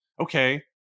okay